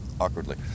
awkwardly